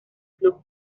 club